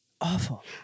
Awful